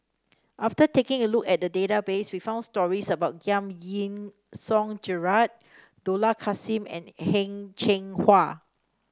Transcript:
after taking a look at the database we found stories about Giam Yean Song Gerald Dollah Kassim and Heng Cheng Hwa